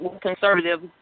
conservative